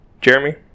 Jeremy